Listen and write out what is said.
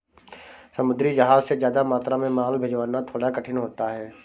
समुद्री जहाज से ज्यादा मात्रा में माल भिजवाना थोड़ा कठिन होता है